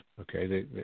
Okay